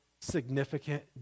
significant